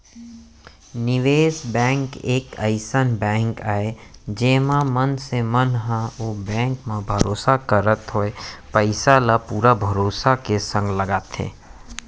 निवेस बेंक एक अइसन बेंक आय जेमा मनसे मन ह ओ बेंक म भरोसा करत होय पइसा ल पुरा भरोसा के संग लगाथे